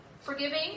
forgiving